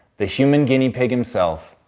the human guinea pig himself,